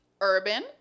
urban